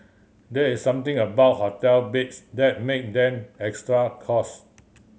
there is something about hotel beds that make them extra cost